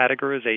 categorization